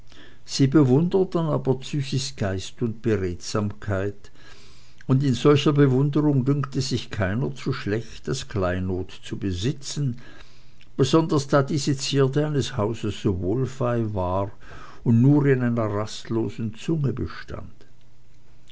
sie bewunderten aber züsis geist und beredsamkeit und in solcher bewunderung dünkte sich keiner zu schlecht das kleinod zu besitzen besonders da diese zierde eines hauses so wohlfeil war und nur in einer rastlosen zunge bestand